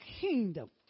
kingdom